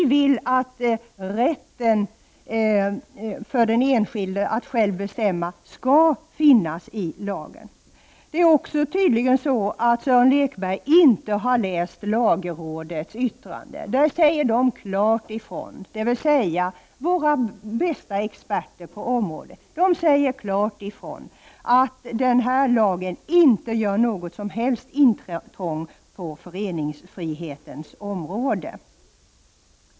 Vi vill att rätten för den enskilde att själv bestämma skall finnas i lagen. Sören Lekberg har tydligen inte läst lagrådets yttrande. Där säger de, dvs. våra bästa experter på området, klart ifrån att lagen inte gör något som helst intrång på föreningsfrihetens område.